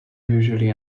usually